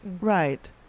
Right